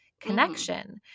connection